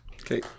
Okay